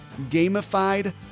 gamified